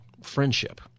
friendship